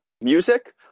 music